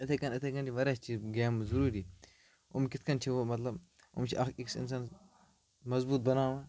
اِتھَے کٔنۍ اِتھَے کٔنۍ چھِ واریاہ چیٖز گیمہٕ ضروٗری یِم کِتھ کٔنۍ چھِ مطلب یِم چھِ اَکھ أکِس اِنسان مضبوٗط بَناوان